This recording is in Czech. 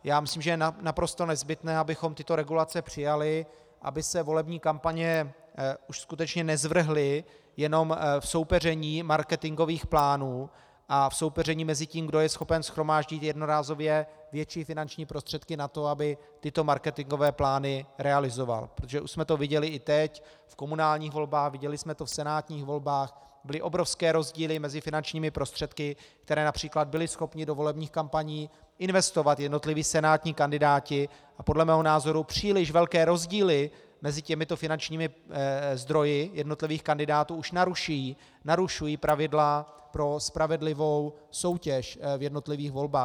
Já myslím, že je naprosto nezbytné, abychom tyto regulace přijali, aby se volební kampaně už skutečně nezvrhly jenom v soupeření marketingových plánů a v soupeření mezi tím, kdo je schopen shromáždit jednorázově větší finanční prostředky na to, aby tyto marketingové plány realizoval, protože už jsme to viděli i teď v komunálních volbách, viděli jsme to v senátních volbách byly obrovské rozdíly mezi finančními prostředky, které například byli schopni do volebních kampaní investovat jednotliví senátní kandidáti, a podle mého názoru příliš velké rozdíly mezi těmito finančními zdroji jednotlivých kandidátů už narušují pravidla pro spravedlivou soutěž v jednotlivých volbách.